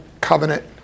Covenant